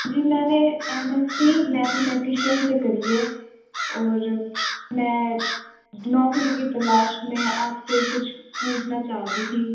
जी मैंने M S C mathematician से करी है और मैं नौकरी की तलाश में आपसे कुछ पूछना चाहती थी